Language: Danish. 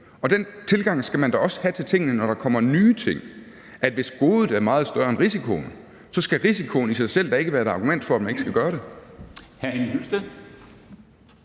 og den tilgang skal man da også have til tingene, når der kommer nye ting, at hvis godet er meget større end risikoen, skal risikoen i sig selv da ikke være et argument for, at man ikke skal gøre det.